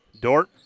Dort